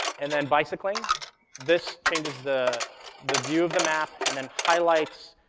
and then, bicycling this changes the the view of the map and then highlights